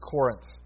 Corinth